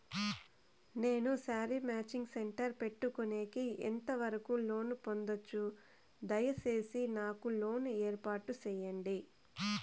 నేను sari matching centre పెట్టుకునేకి ఎంత వరకు లోను పొందొచ్చు? దయసేసి నాకు లోను ఏర్పాటు సేయండి?